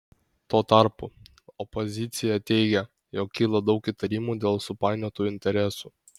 tuo tarpu opozicija teigia jog kyla daug įtarimų dėl supainiotų interesų